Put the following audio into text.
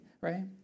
right